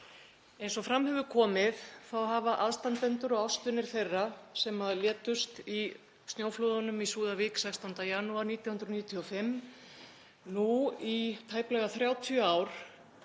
Eins og fram hefur komið hafa aðstandendur og ástvinir þeirra sem létust í snjóflóðunum í Súðavík 16. janúar 1995 nú í tæplega 30 ár